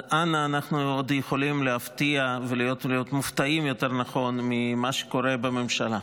אנה אנחנו יכולים להיות מופתעים ממה שקורה בממשלה.